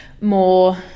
more